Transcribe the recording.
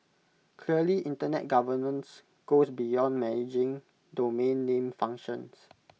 clearly Internet governance goes beyond managing domain name functions